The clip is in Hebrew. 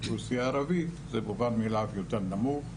באוכלוסייה הערבית זה מובן מאליו נמוך יותר